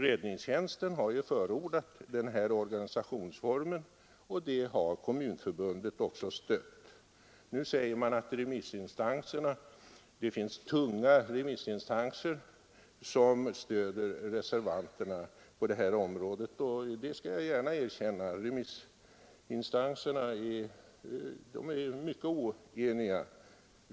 Räddningstjänstutredningen har ju förordat den organisationsform som föreslagits i propositionen och den har också fått stöd från Kommunförbundet. Det sägs nu att tunga remissinstanser stöder reservanterna på det här området, och jag skall gärna erkänna att remissinstanserna är mycket oeniga.